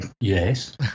yes